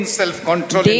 self-control